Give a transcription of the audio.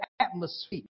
atmosphere